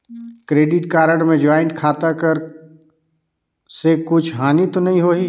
Credit card मे joint खाता कर से कुछ हानि तो नइ होही?